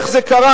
איך זה קרה?